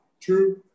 True